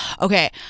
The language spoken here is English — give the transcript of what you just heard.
Okay